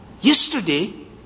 Yesterday